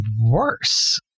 worse